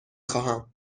خواهم